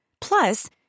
Plus